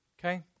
Okay